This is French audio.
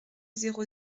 zéro